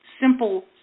simple